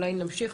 אולי נמשיך,